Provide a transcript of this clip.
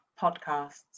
podcasts